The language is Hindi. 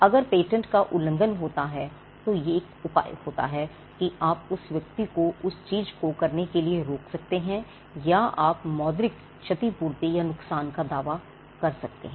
अगर पेटेंट का उल्लंघन होता है तो एक उपाय होता है कि आप उस व्यक्ति को उस चीज को करने के लिए रोक सकते हैं या आप मौद्रिक क्षतिपूर्ति या नुकसान का दावा कर सकते हैं